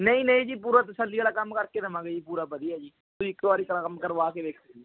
ਨਹੀਂ ਨਹੀਂ ਜੀ ਪੂਰਾ ਤਸੱਲੀ ਵਾਲਾ ਕੰਮ ਕਰਕੇ ਦਵਾਂਗੇ ਜੀ ਪੂਰਾ ਵਧੀਆ ਜੀ ਤੁਸੀਂ ਇੱਕ ਵਾਰੀ ਤਾਂ ਕੰਮ ਕਰਵਾ ਕੇ ਵੇਖਿਉ ਜੀ